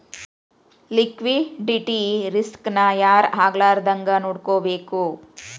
Liquidity risk ನ ಯಾರ್ ಆಗ್ಲಾರ್ದಂಗ್ ನೊಡ್ಕೊಬೇಕು?